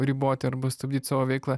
riboti arba stabdyt savo veiklą